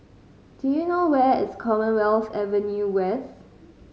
do you know where is Commonwealth Avenue West